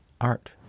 art